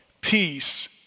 peace